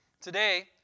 Today